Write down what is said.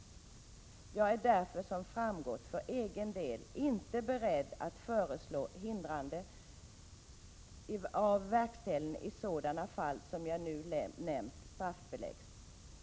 Jag är därför, som framgått, för egen del inte beredd att föreslå att hindrande av verkställigheten i sådana fall som jag nu nämnt straffbeläggs.